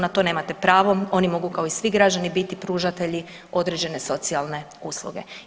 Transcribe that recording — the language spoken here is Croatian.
Na to nemate pravo, oni mogu kao i svi građani biti pružatelji određene socijalne usluge.